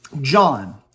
John